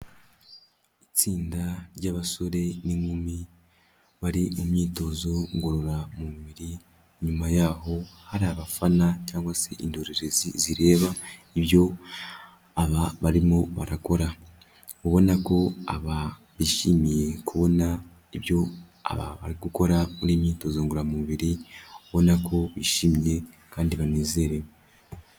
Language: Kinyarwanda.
Itsinda ry'abasore n'inkumi bari mu myitozo ngororamubiri nyuma yaho hari abafana cyangwa se indorerezi zireba ibyo aba barimo barakora, ubona ko aba bishimiye kubona ibyo aba bari gukora muri iyi myitozo ngororamubiri, ubona ko bishimye kandi banezerewe.